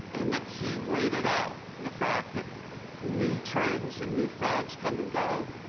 and that he waited out the fact that new trends and new fads come and go,